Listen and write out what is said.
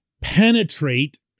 penetrate